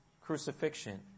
crucifixion